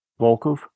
Volkov